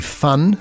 fun